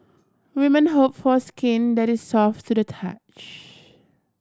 women hope for skin that is soft to the touch